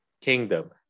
kingdom